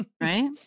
Right